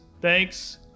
Thanks